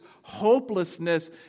hopelessness